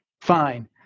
Fine